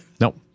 Nope